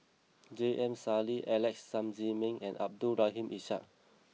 J M Sali Alex Sam Ziming and Abdul Rahim Ishak